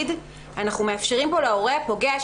לבקשת ההורה הפוגע,